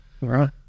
right